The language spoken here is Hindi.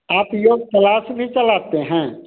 आप योग कलास भी चलाते हैं